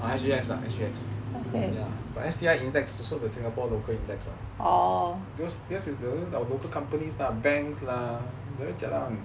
S_G_X ah S_G_X but actually S_T_I 是 like singapore local index like those local companies ah banks ah very jialat [one]